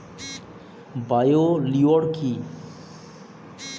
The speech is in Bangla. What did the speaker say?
বায়ো লিওর কি?